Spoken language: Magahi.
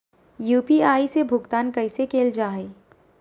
यू.पी.आई से भुगतान कैसे कैल जहै?